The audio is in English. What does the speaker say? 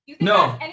No